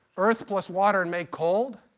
earth plus water and make cold,